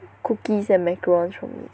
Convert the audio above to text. cookies and macarons from me